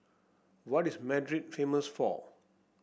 what is Madrid famous for